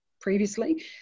previously